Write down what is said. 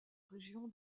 région